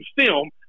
film